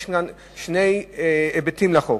יש כאן שני היבטים לחוק,